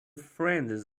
friends